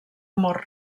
mort